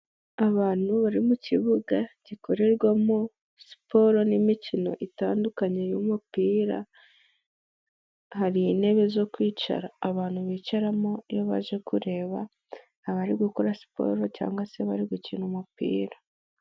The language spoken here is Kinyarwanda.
Abantu bari mu kibuga gikorerwamo siporo n'imikino itandukanye y'umupira, hari intebe zo kwicara, abantu bicaramo iyo baje kureba abari gukora siporo cyangwa se bari gukina umupira.